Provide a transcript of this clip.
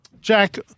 Jack